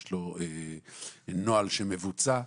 יש לו נוהל שמבוצע,